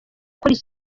ukora